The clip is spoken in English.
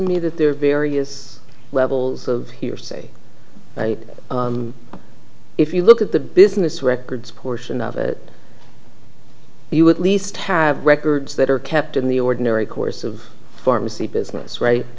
me that there are various levels of hearsay if you look at the business records portion of it you at least have records that are kept in the ordinary course of pharmacy business